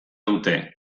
dute